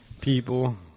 people